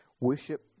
Worship